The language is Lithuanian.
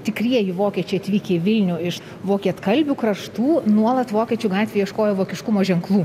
tikrieji vokiečiai atvykę į vilnių iš vokietkalbių kraštų nuolat vokiečių gatvėj ieškojo vokiškumo ženklų